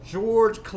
George